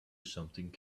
something